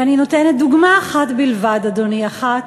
ואני נותנת דוגמה אחת בלבד, אדוני, אחת,